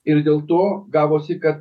ir dėl to gavosi kad